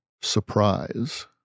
Surprise